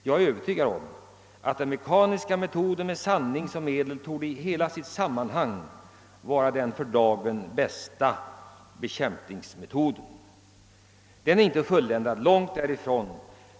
Jag är övertygad om att den mekaniska metoden med sandning som medel är den för dagen bästa bekämpningsmetoden. Den är inte fulländad — långt därifrån.